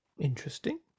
Interesting